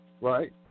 Right